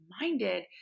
minded